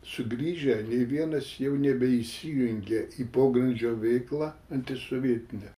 sugrįžę nei vienas jau nebeįsijungė į pogrindžio veiklą antisovietinę